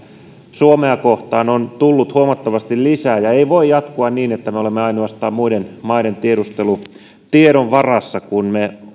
suomea kohtaan on tullut huomattavasti lisää ei voi jatkua niin että me olemme ainoastaan muiden maiden tiedustelutiedon varassa kun me